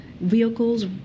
vehicles